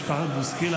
משפחת בוסקילה,